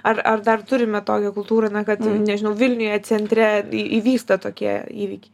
ar ar dar turime tokią kultūrą na kad nežinau vilniuje centre į įvyksta tokie įvyk